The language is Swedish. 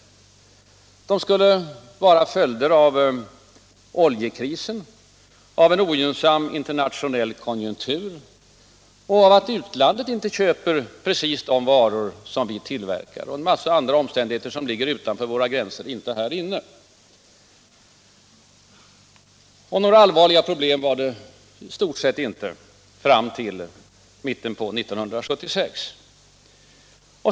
Problemen skulle vara en följd av oljekrisen, av en ogynn sam internationell konjunktur, av att utlandet inte köper precis de varor som vi tillverkar och en massa andra omständigheter, som ligger utanför våra gränser — inte inom dem. Några allvarliga problem var det alltså i stort sett inte förrän ungefär vid mitten av år 1976.